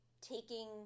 taking